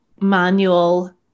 manual